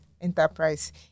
enterprise